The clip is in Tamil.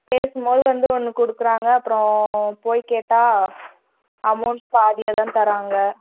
பேசும்போது வந்து ஒன்று கொடுக்குறாங்க அப்புறம் போயிக்கேட்டால் அமௌண்ட் பாதியாக தான் தராங்க